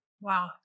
Wow